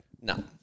No